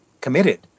committed